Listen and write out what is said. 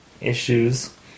issues